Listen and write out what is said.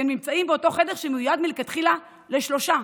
והם נמצאים באותו חדר שמיועד מלכתחילה לשלושה.